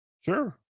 sure